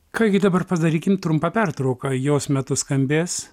ką gi dabar padarykim trumpą pertrauką jos metu skambės